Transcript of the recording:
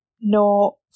no